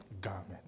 Garment